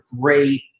great